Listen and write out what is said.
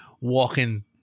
walking